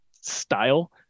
style